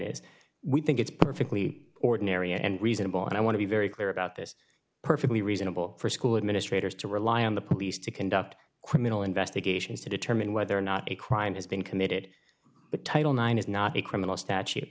is we think it's perfectly ordinary and reasonable and i want to be very clear about this perfectly reasonable for school administrators to rely on the police to conduct criminal investigations to determine whether or not a crime has been committed but title nine is not a criminal statu